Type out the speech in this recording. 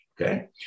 Okay